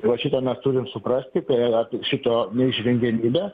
va šitą mes turim suprasti tai yra šito neišvengiamybė